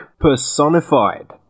personified